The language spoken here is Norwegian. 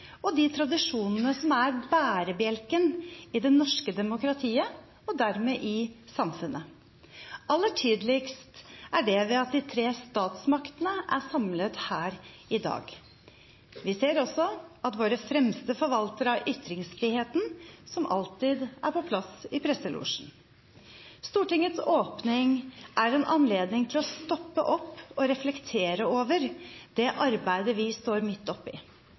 og tradisjonene som er bærebjelken i det norske demokratiet og dermed i samfunnet. Aller tydeligst er det ved at de tre statsmaktene er samlet her i dag. Vi ser også at våre fremste forvaltere av ytringsfriheten som alltid er på plass i presselosjen. Stortingets åpning er en anledning til å stoppe opp og reflektere over det arbeidet vi står midt oppe i,